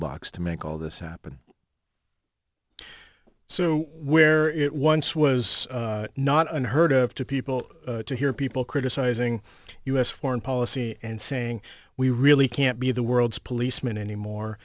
box to make all this happen so where it once was not unheard of to people to hear people criticizing u s foreign policy and saying we really can't be the world's policeman anymore